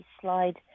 slide